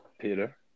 Peter